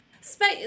space